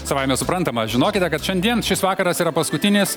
savaime suprantama žinokite kad šiandien šis vakaras yra paskutinis